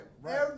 Right